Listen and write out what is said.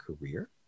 career